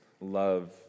love